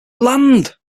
land